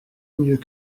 mieux